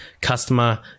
customer